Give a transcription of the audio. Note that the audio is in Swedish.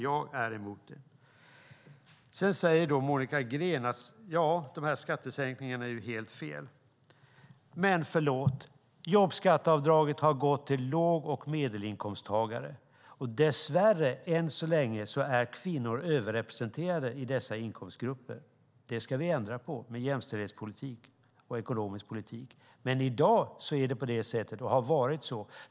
Jag är emot det. Monica Green säger att de här skattesänkningarna är helt fel. Men, förlåt, jobbskatteavdraget har gått till låg och medelinkomsttagare. Dess värre är kvinnor än så länge överrepresenterade i dessa inkomstgrupper. Det ska vi ändra på med jämställdhetspolitik och ekonomisk politik. Men i dag är det så och har varit så.